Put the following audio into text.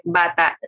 bata